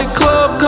club